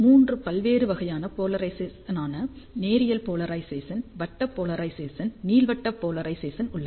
மூன்று பல்வேறு வகையான போலரைசேசனான நேரியல் போலரைசேசன் வட்ட போலரைசேசன் நீள்வட்ட போலரைசேசன் உள்ளது